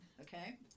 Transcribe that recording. Okay